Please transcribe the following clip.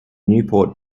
newport